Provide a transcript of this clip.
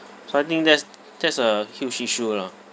so I think that's that's a huge issue lah